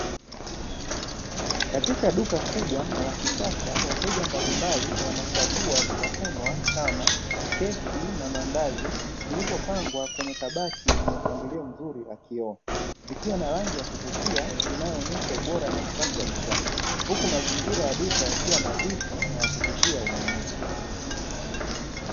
Katika duka kubwa na la kisasa, wateja mbalimbali wanachagua vitafunwa kama keki na maandazi vilivopangwa kwenye kabati lenye mpangilio mzuri la kioo, vikiwa na rangi ya kuvutia inayoonyesha ubora na usafi wa bidhaa, huku mazingira ya duka yakiwa nadhifu na kuvutia ununuzi.